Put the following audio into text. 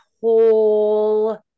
whole